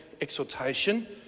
exhortation